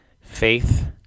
Faith